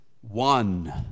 one